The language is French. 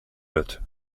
lot